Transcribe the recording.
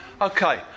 Okay